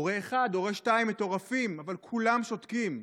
הורה 1, הורה 2. מטורפים, אבל כולם שותקים.